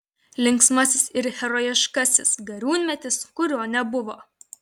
linksmasis ir herojiškasis gariūnmetis kurio nebuvo